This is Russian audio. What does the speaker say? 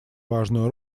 важную